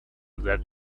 that